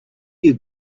you